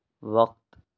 وقت